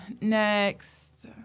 Next